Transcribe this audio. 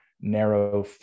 narrow